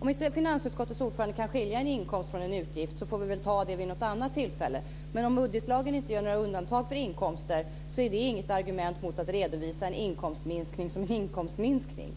Om inte finansutskottets ordförande kan skilja en inkomst från en utgift får vi väl ta det vid något annat tillfälle. Men om budgetlagen inte gör några undantag för inkomster är det inte något argument mot att redovisa en inkomstminskning som en inkomstminskning.